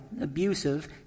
abusive